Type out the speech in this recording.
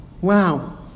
Wow